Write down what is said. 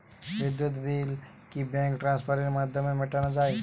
বিদ্যুৎ বিল কি ব্যাঙ্ক ট্রান্সফারের মাধ্যমে মেটানো য়ায়?